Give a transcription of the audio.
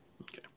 Okay